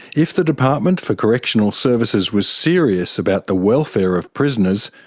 if the department for correctional services was serious about the welfare of prisoners,